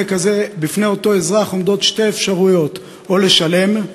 בפני אותו אזרח עומדות שתי אפשרויות: או לשלם,